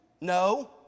No